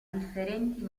differenti